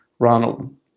Ronald